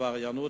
עבריינות,